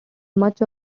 much